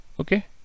Okay